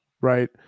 Right